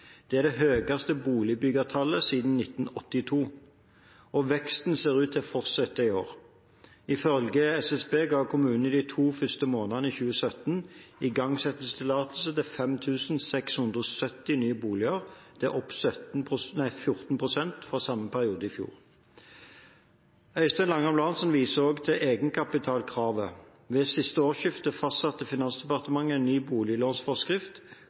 Det er det høyeste boligbyggetallet siden 1982. Veksten ser ut til å fortsette i år. Ifølge SSB ga kommunene i de to første månedene i 2017 igangsettingstillatelser til 5 670 nye boliger, opp 14 pst. fra samme periode i fjor. Øystein Langholm Hansen viser også til egenkapitalkravet. Ved siste årsskifte fastsatte Finansdepartementet en ny boliglånsforskrift,